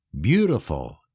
beautiful